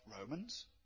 Romans